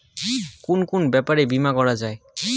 কুন কুন ব্যাপারে বীমা করা যায়?